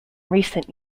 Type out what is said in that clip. recent